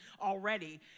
already